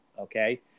okay